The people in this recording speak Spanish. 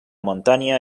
montaña